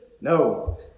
No